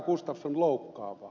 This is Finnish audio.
gustafsson loukkaavaa